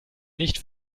nicht